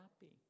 happy